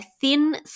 thin